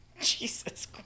Jesus